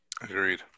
Agreed